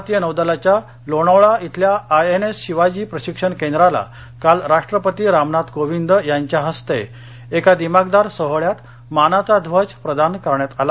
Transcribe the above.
भारतीय नौदलाच्या लोणावळा इथल्या आयएनएस शिवाजी प्रशिक्षण केंद्राला काल राष्ट्रपती रामनाथ कोविंद यांच्या हस्ते काल एका दिमाखदार सोहळ्यात मानाचा ध्वज प्रदान करण्यात आला